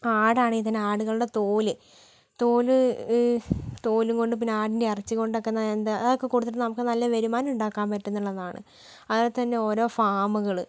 ആടാണെങ്കിൽ തന്നെ ആടുകളുടെ തോല് തോല് തോലും കൊണ്ട് പിന്നെ ആടിൻ്റെ ഇറച്ചി കൊണ്ടൊക്കെ തന്നെ എന്താ അതൊക്കെ കൊടുത്തിട്ട് നമുക്ക് നല്ല വരുമാനം ഉണ്ടാക്കാൻ പറ്റും എന്നുള്ളതാണ് അതുപോലെത്തന്നെ ഓരോ ഫാമുകൾ